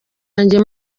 yanjye